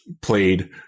played